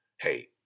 Hey